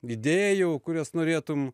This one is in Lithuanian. idėjų kurias norėtum